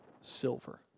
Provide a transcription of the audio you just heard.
silver